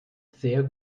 sehr